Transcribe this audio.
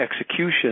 execution